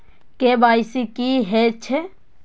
KYC की हे छे?